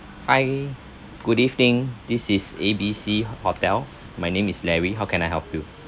hi good evening this is A B C h~ hotel my name is larry how can I help you